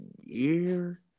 year